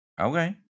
okay